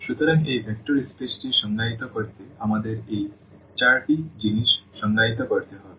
সুতরাং এই ভেক্টর স্পেসটি সংজ্ঞায়িত করতে আমাদের এই চারটি জিনিস সংজ্ঞায়িত করতে হবে